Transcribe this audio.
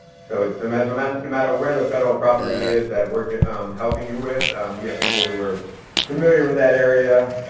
so it's, um um and no matter where the federal property is that we're helping you with, we have people who are familiar with that area